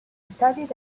studied